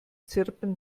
zirpen